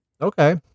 okay